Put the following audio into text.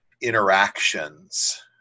interactions